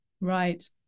Right